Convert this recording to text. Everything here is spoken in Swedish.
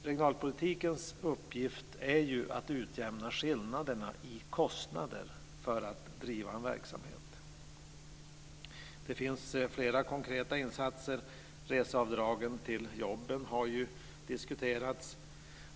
Regionalpolitikens uppgift är ju att utjämna skillnaderna i kostnader för att driva en verksamhet. Det finns flera konkreta insatser. Reseavdragen för resor till och från jobbet har ju diskuterats.